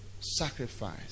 sacrifice